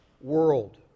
world